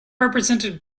represented